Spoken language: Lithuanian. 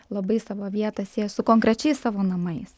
labai savo vietą sieja su konkrečiais savo namais